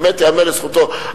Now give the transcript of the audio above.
באמת ייאמר לזכותו,